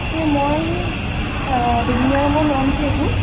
হে মই বেঙুনীয়া ৰঙৰ লওঁ নেকি এযোৰ